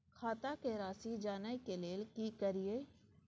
खाता के राशि जानय के लेल की करिए?